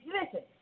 listen